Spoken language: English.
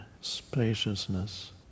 spaciousness